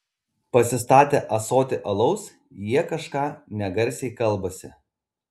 pasistatę ąsotį alaus jie kažką negarsiai kalbasi